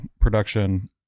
production